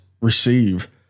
receive